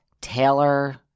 Taylor